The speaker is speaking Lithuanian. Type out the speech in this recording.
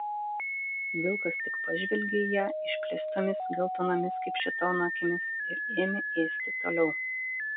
vilkas tik pažvelgė į ją išplėstomis geltonomis kaip šėtono akimis ir ėmė ėsti toliau